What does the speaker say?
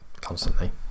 constantly